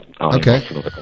okay